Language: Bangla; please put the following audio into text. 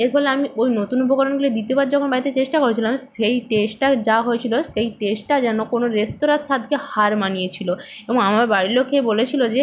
এর ফলে আমি ওই নতুন উপকরণগুলো দ্বিতীয় বার যখন বাড়িতে চেষ্টা করেছিলাম সেই টেস্টটাও যা হয়েছিল সেই টেস্টটা যেন কোনো রেস্তোরাঁর স্বাদকে হার মানিয়ে ছিল এবং আমার বাড়ির লোক খেয়ে বলেছিল যে